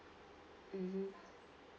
mmhmm